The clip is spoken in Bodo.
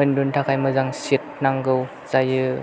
उन्दुनो थाखाय मोजां सिट नांगौ जायो